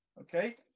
okay